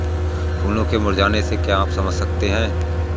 फूलों के मुरझाने से क्या आप समझते हैं?